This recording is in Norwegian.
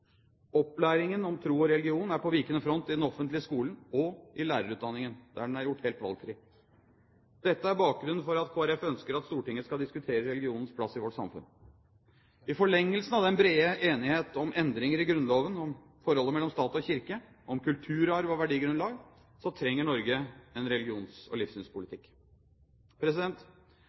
Opplæringen om tro og religion er på vikende front i den offentlige skolen og i lærerutdanningen, der den er gjort helt valgfri. Dette er bakgrunnen for at Kristelig Folkeparti ønsker at Stortinget skal diskutere religionens plass i vårt samfunn. I forlengelsen av den brede enighet om endringer i Grunnloven om forholdet mellom stat og kirke, om kulturarv og verdigrunnlag, trenger Norge en